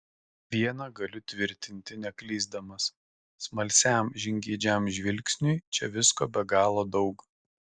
viena galiu tvirtinti neklysdamas smalsiam žingeidžiam žvilgsniui čia visko be galo daug